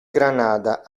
granada